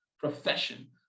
profession